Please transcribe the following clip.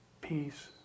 Peace